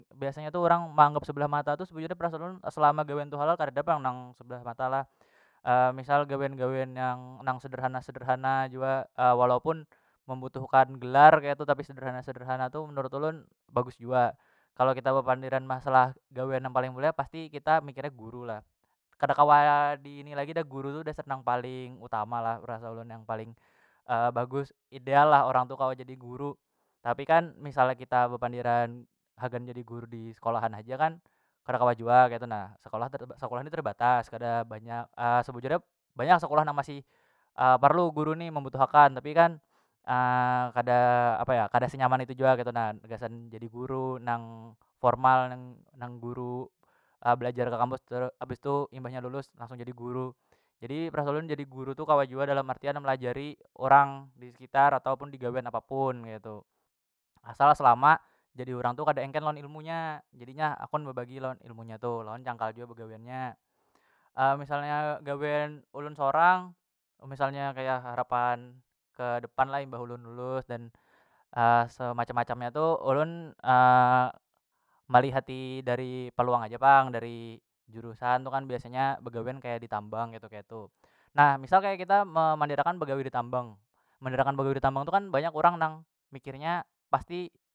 Biasanya tu urang meanggap sebelah mata tu sebujurnya perasaan ulun selama gawian tu halal kareda pang nang sebelah mata lah misal gawian- gawian yang nang sederhana- sederhana jua walaupun membutuhkan gelar keitu tapi sederhana- sederhana tu menurut ulun bagus jua kalo kita bepanderan masalah gawian nang paling mulia pasti kita mikirnya guru lah kada kawa di ini lagi dah guru tu dasar nang paling utama lah rasa ulun nang paling bagus ideal lah orang tu kawa jadi guru tapi kan misalnya kita bepandiran hagan jadi guru disekolahan haja kan kada kawa jua ketu nah sekolah terbatas kada banyak sebujurnya banyak sekolah nang masih perlu guru ni membutuh akan tapi kan kada apa yo kada senyaman itu jua ketu na gasan jadi guru nang formal nang nang guru belajar ke kampus habis tu imbahnya lulus langsung jadi guru jadi perasaan ulun jadi guru tu kawa jua dalam artian melajari urang disekitar ataupun digawian apapun keitu, asal selama jadi urang tu kada engkel lawan ilmunya jadinya hakun bebagi lawan ilmu nya tu lawan cangkal jua begawiannya misalnya gawean ulun sorang misalnya kaya harapan kedepanlah imbah ulun lulus dan semacam- macam nya tu ulun malihati dari peluang aja pang dari jurusan tu kan biasanya begawian kaya ditambang ketu- ketu nah misal kaya kita memander akan begawi ditambang mander akan begawi ditambang tu kan banyak urang nang mikirnya pasti.